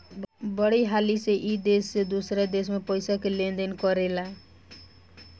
बड़ी हाली से ई देश से दोसरा देश मे पइसा के लेन देन करेला